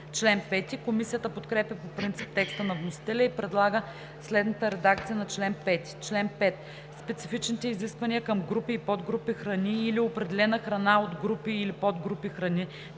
храните.“ Комисията подкрепя по принцип текста на вносителя и предлага следната редакция на чл. 5: „Чл. 5. Специфичните изисквания към групи и подгрупи храни или определена храна от групи или подгрупи храни,